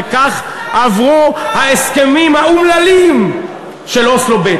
וכך עברו ההסכמים האומללים של אוסלו ב'.